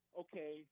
okay